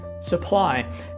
Supply